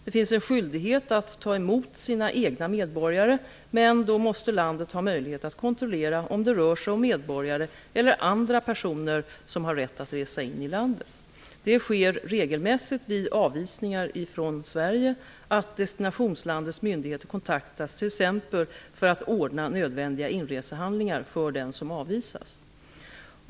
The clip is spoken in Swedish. Det finns en skyldighet att ta emot sina egna medborgare, men då måste landet ha möjlighet att kontrollera om det rör sig om medborgare eller andra personer som har rätt att resa in i landet. Det sker regelmässigt vid avvisningar från Sverige att destinationslandets myndigheter kontaktas t.ex. för att ordna nödvändiga inresehandlingar för den som avvisas.